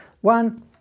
One